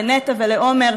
לנטע ולעומר.